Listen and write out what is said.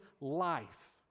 life